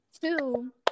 Two